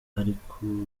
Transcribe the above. ariko